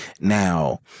Now